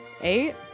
Eight